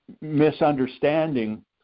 misunderstanding